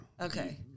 Okay